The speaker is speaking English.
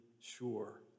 sure